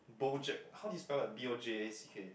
BoJack how do you spell like B_O_J_A_C_K